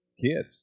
kids